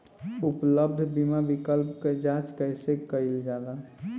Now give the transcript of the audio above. उपलब्ध बीमा विकल्प क जांच कैसे कइल जाला?